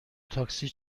تاکسی